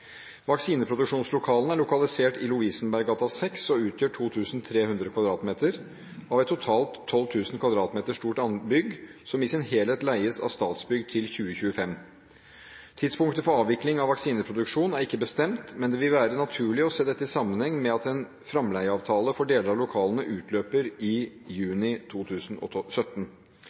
er lokalisert i Lovisenberggata 6 og utgjør 2 300 m2 av et totalt 12 000 m2 stort bygg, som i sin helhet leies av Statsbygg til 2025. Tidspunktet for avvikling av vaksineproduksjon er ikke bestemt, men det vil være naturlig å se dette i sammenheng med at en framleieavtale for deler av lokalene utløper i juni